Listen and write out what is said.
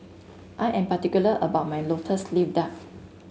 I am particular about my lotus leaf duck